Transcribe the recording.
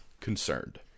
concerned